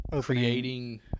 creating